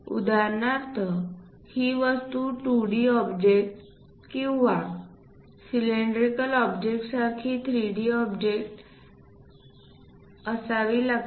उदाहरणार्थ ही वस्तू 2 D ऑब्जेक्ट किंवा सिलेंड्रिकलऑब्जेक्ट सारखी 3 D ऑब्जेक्ट हे पहावे लागेल